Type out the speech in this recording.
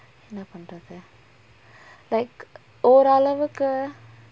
என்ன பண்றது:enna panrathu like ஓரளவுக்கு:oralavukku